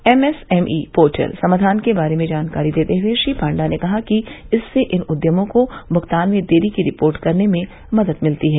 MSME portal Samadhaan के बारे में जानकारी देते हुए श्री पांडा ने कहा कि इससे इन उद्यमों को भुगतान में देरी की रिपोर्ट करने में मदद मिलती है